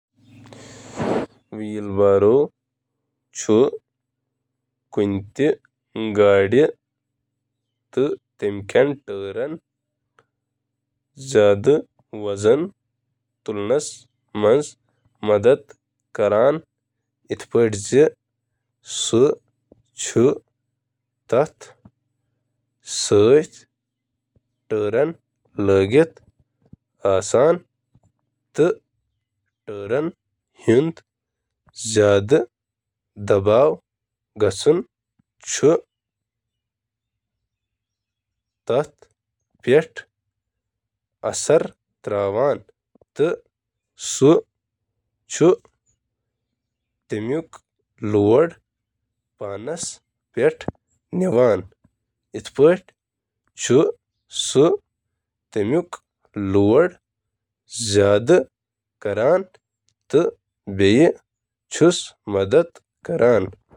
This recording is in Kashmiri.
اکھ وہیل بیرو ہیکہِ گوٚب بوجھ تُلنَس منٛز مدد کٔرِتھ تِکیازِ یہِ چھُ وزن تقسیٖم کرنہٕ تہٕ تُلنہٕ خٲطرٕ ضروٗری طاقتٕچ مقدار کم کرنہٕ خٲطرٕ زٕ سادٕ مشینہٕ استعمال کران: